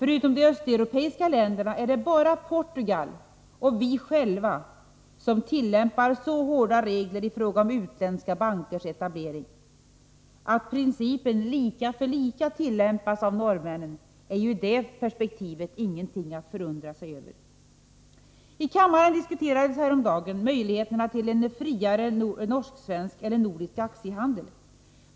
Förutom de östeuropeiska länderna är det bara Portugal och vi själva som tillämpar så hårda regler i fråga om utländska bankers etableringar. Att principen ”lika för lika” tillämpas av norrmännen är ju i det perspektivet inget att förundra sig över. I kammaren diskuterades häromdagen möjligheter till en friare norsk-svensk eller nordisk aktiehandel.